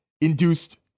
induced